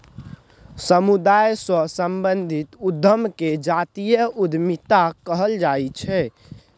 समुदाय सँ संबंधित उद्यम केँ जातीय उद्यमिता कहल जाइ छै